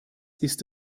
ist